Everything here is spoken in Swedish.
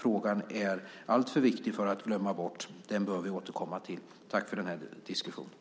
Frågan är alltför viktig för att glömmas bort. Den bör vi återkomma till. Tack för den här diskussionen!